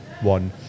one